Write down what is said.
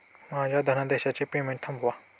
माझ्या धनादेशाचे पेमेंट थांबवा